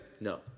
No